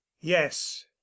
Yes